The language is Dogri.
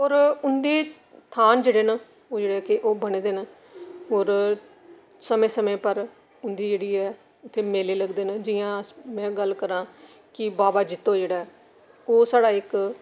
और उं'दे स्थान जेह्ड़े न ओह् जेह्ड़ा कि ओह् बने दे न और समें समें पर उं'दी जेहड़ी ऐ उत्थै मेले लगदे न जि'यां अस में गल्ल करां कि बावा जित्तो जेह्ड़ा ऐ ओह् साढ़ा इक